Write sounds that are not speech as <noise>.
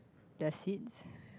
the seeds <breath>